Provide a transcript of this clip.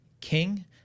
king